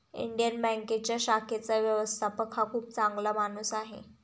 Indian बँकेच्या शाखेचा व्यवस्थापक हा खूप चांगला माणूस आहे